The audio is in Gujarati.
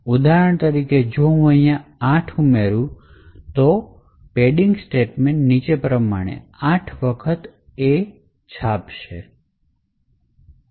ઉદાહરણ તરીકે જો હું અહીં 8 ઉમેરું છું તો પેડિંગ સ્ટેટમેન્ટ નીચે પ્રમાણે ખરેખર 8 વખત A છાપી શકશે